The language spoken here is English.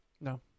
No